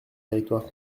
territoires